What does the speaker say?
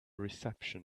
reception